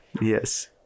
Yes